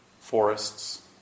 forests